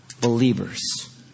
believers